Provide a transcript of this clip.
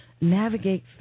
navigate